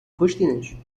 کشتینش